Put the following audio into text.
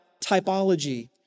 typology